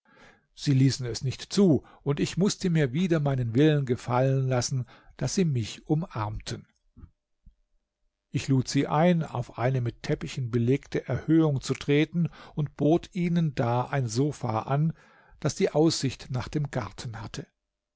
sie ließen es nicht zu und ich mußte mir wider meinen willen gefallen lassen daß sie mich umarmten ich lud sie ein auf eine mit teppichen belegte erhöhung zu treten und bot ihnen da ein sofa an das die aussicht nach dem garten hatte